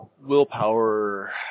Willpower